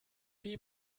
wie